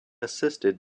assisted